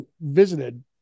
visited